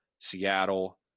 Seattle